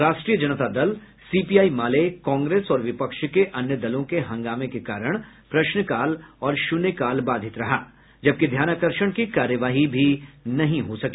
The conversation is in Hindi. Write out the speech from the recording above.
राष्ट्रीय जनता दल सीपीआई माले कांग्रेस और विपक्ष के अन्य दलों के हंगामे के कारण प्रश्नकाल और शून्यकाल बाधित रहा जबकि ध्यानाकर्षण की कार्यवाही भी नहीं हो सकी